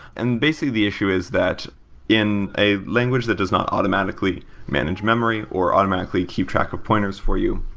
and basically, the issue is that in a language that does not automatically manage memory or automatically keep track of pointers for you,